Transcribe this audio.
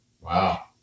Wow